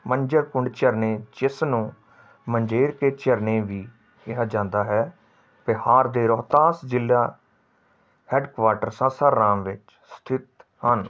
ਮੰਝਰ ਕੁੰਡ ਝਰਨੇ ਜਿਸ ਨੂੰ ਮੰਝਰ ਕੇ ਝਰਨੇ ਵੀ ਕਿਹਾ ਜਾਂਦਾ ਹੈ ਬਿਹਾਰ ਦੇ ਰੋਹਤਾਸ ਜ਼ਿਲ੍ਹਾ ਹੈੱਡਕੁਆਰਟਰ ਸਾਸਾਰਾਮ ਵਿੱਚ ਸਥਿਤ ਹਨ